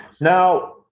Now